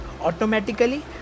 automatically